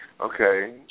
Okay